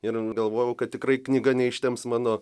ir galvojau kad tikrai knyga neištemps mano